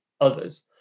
others